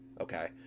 okay